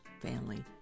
family